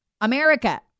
America